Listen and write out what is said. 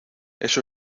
eso